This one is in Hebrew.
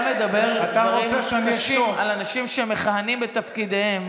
שהוא העניק לו את השקט בהונגריה.